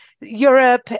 Europe